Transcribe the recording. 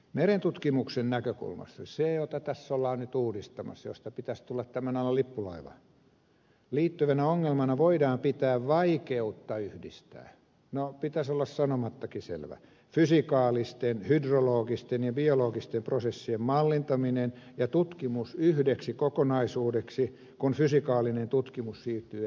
merentutkimuksen näkökulmasta siis se jota tässä ollaan nyt uudistamassa josta pitäisi tulla tämän alan lippulaiva uudistamiseen liittyvänä ongelmana voidaan pitää vaikeutta yhdistää no pitäisi olla sanomattakin selvä fysikaalisten hydrologisten ja biologisten prosessien mallintaminen ja tutkimus yhdeksi kokonaisuudeksi kun fysikaalinen tutkimus siirtyy eri laitokseen